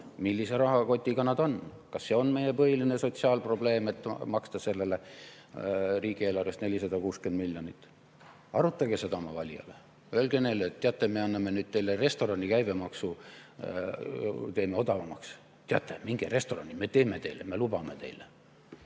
Millise rahakotiga nad on? Kas see on meie põhiline sotsiaalprobleem, et maksta sellele riigieelarvest 460 miljonit? Arutage seda oma valijaga. Öelge neile nii: "Teate, meie teeme restorani käibemaksu odavamaks. Minge restorani. Me teeme teile. Me lubame teile.